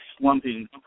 slumping